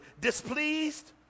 displeased